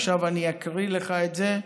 עכשיו אני אקריא לך את זה.